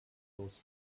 goes